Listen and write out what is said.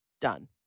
done